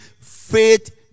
faith